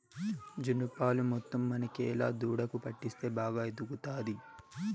జున్ను పాలు మొత్తం మనకేలా దూడకు పట్టిస్తే బాగా ఎదుగుతాది